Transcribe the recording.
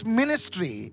ministry